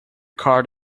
card